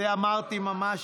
היושב-ראש,